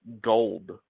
Gold